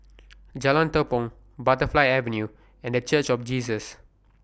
Jalan Tepong Butterfly Avenue and The Church of Jesus